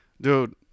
dude